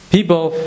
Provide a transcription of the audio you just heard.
People